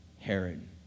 Herod